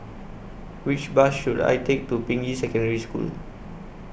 Which Bus should I Take to Ping Yi Secondary School